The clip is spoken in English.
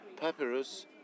papyrus